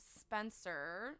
Spencer